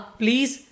please